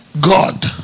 god